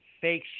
fake